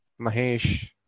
Mahesh